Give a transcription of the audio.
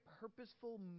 purposeful